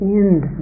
end